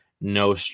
no